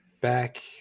back